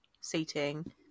seating